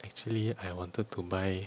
actually I wanted to buy